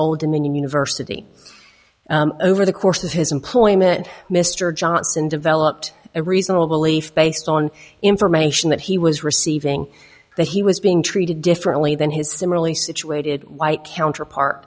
old dominion university over the course of his employment mr johnson developed a reasonable belief based on information that he was receiving that he was being treated differently than his similarly situated white counterpart